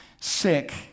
sick